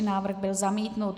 Návrh byl zamítnut.